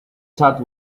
chart